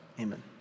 amen